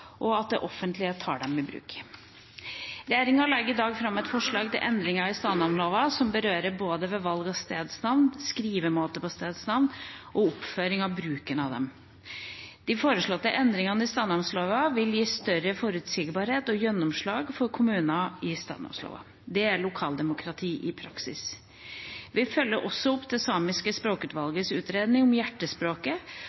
og at det offentlige tar dem i bruk. Regjeringa legger i dag fram et forslag til endringer i stadnamnlova som berører både valg av stedsnavn, skrivemåte på stedsnavn og oppføring av bruken av dem. De foreslåtte endringene i stadnamnlova vil gi større forutsigbarhet og gjennomslag for stadnamnlova i kommuner. Det er lokaldemokrati i praksis. Vi følger også opp det samiske